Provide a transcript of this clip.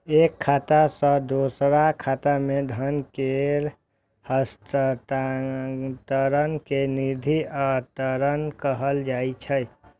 एक खाता सं दोसर खाता मे धन केर हस्तांतरण कें निधि अंतरण कहल जाइ छै